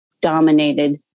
dominated